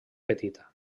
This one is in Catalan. petita